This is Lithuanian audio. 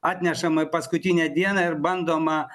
atnešama į paskutinę dieną ir bandoma